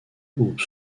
groupes